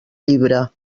llibre